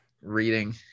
reading